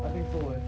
I think so eh